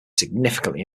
significantly